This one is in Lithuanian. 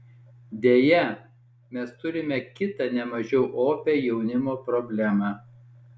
deja mes turime kitą ne mažiau opią jaunimo problemą